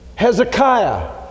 Hezekiah